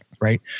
right